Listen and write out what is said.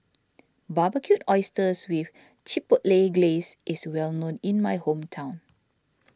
Barbecued Oysters with Chipotle Glaze is well known in my hometown